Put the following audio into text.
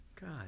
God